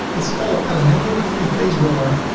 it's all elementor the free page builder,